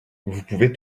pouvez